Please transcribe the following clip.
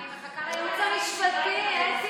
אני מחכה לייעוץ המשפטי, אתי.